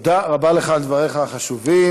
תודה רבה לך על דבריך החשובים.